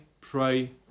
pray